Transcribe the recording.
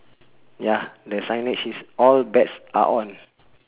ya that signage is all bets are on